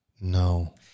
No